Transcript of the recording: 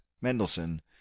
mendelssohn